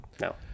No